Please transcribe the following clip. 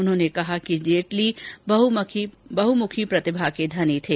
उन्होंने कहा कि वह बहुमुखी प्रतिभा के धनी थे